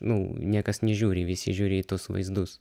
nu niekas nežiūri visi žiūri į tuos vaizdus